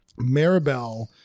Maribel